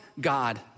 God